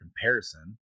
comparison